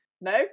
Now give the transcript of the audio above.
no